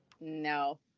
No